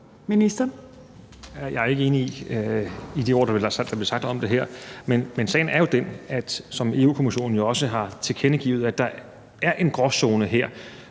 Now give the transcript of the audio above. Heunicke): Jeg er ikke enig i de ord, der bliver sagt om det her. Men sagen er jo den, at der, som Europa-Kommissionen jo også har tilkendegivet, er en gråzone her,